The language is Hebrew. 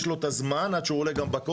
יש לו את הזמן עד שהוא עולה גם בקובץ.